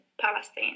Palestine